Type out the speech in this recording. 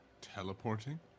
Teleporting